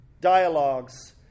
dialogues